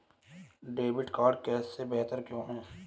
Debit card cash से बेहतर क्यों है?